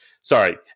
Sorry